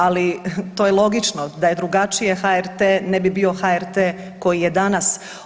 Ali to je logično, da je drugačije HRT ne bi bio HRT koji je danas.